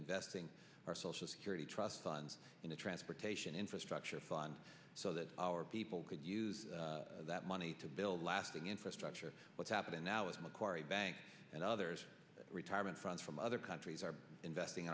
investing our social security trust funds in a transportation infrastructure fund so that our people could use that money to build lasting infrastructure what's happening now is that other retirement funds from other countries are investing